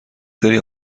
سری